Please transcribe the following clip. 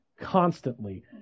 Constantly